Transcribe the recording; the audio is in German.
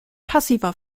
passiver